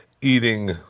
eating